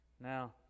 Now